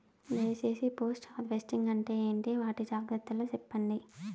దయ సేసి post harvesting అంటే ఏంటి? వాటి జాగ్రత్తలు సెప్పండి?